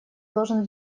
должен